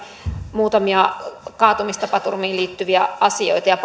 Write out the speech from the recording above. muutamia kaatumistapaturmiin liittyviä asioita ja